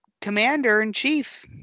commander-in-chief